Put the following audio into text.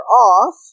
off